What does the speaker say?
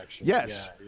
Yes